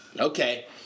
Okay